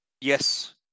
yes